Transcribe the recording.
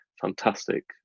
fantastic